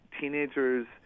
teenagers